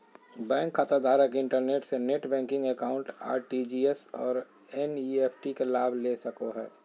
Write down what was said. bank खाताधारक internet से net banking account, RTGS और एन.इ.एफ.टी के लाभ ले सको हइ